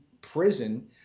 prison